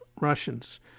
Russians